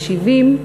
ירושלים,